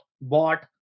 bought